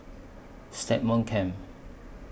Stagmont Camp